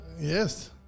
Yes